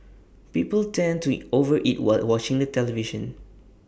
people tend to over eat while watching the television